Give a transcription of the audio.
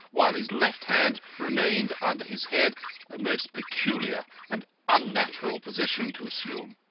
while his left hand remained under his head a most peculiar and unnatural position to assume.